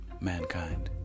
mankind